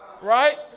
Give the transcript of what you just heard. Right